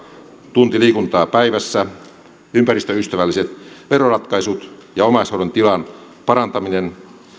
tunti liikuntaa päivässä ympäristöystävälliset veroratkaisut ja omaishoidon tilan parantaminen